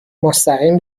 مستقیم